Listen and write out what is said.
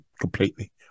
completely